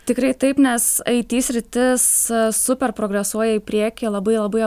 tikrai taip nes it sritis super progresuoja į priekį labai labai